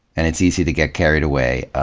and it's easy to get carried away